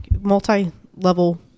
Multi-level